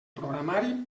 programari